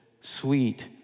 sweet